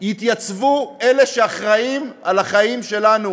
אחת לשנה יתייצבו אלה שאחראים לחיים שלנו